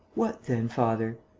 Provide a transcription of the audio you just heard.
what then, father?